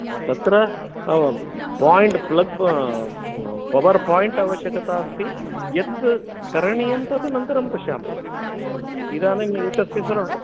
तत्र point plug power point अवश्यकता अस्ति यत् करणीयं तत् अनन्तरं पश्यामः इदानिम् एतस्य सर्वं